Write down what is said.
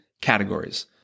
categories